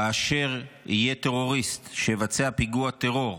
כאשר יהיה טרוריסט שיבצע פיגוע טרור ויוכח,